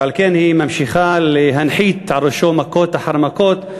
ועל כן היא ממשיכה להנחית על ראשו מכות אחר מכות,